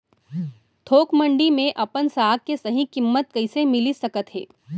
थोक मंडी में अपन साग के सही किम्मत कइसे मिलिस सकत हे?